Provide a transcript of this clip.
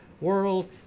world